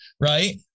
Right